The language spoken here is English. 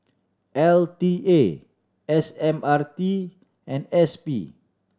L T A S M R T and S P